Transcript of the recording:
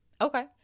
Okay